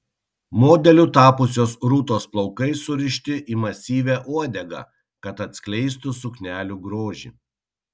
modeliu tapusios rūtos plaukai surišti į masyvią uodegą kad atskleistų suknelių grožį